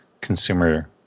consumer